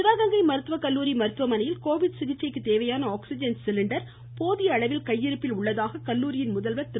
சிவகங்கை மருத்துவகல்லூரி மருத்துவமனையில் கோவிட் சிகிச்சைக்கு தேவையான ஆக்சிஜன் சிலிண்டர்கள் போதிய அளவில் கையிருப்பில் உள்ளதாக கல்லூரியின் முதல்வர் திரு